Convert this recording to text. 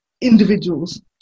individuals